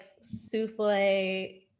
souffle